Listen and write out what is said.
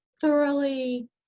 thoroughly